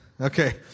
Okay